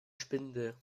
spinde